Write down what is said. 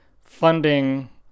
funding